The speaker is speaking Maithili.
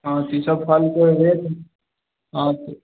है अथी सब फलके रेट हँ ठीक